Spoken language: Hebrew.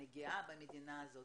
אני גאה במדינה הזאת,